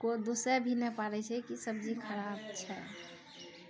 कोइ दुसै भी नहि पाड़ै छै कि सब्जी खराब छै